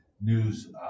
News